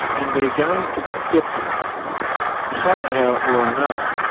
and they're going to get them somehow or another.